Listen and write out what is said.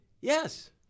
Yes